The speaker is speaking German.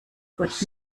gott